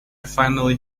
finally